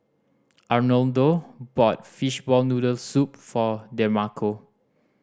Arnoldo bought fishball noodle soup for Demarco